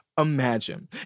Imagine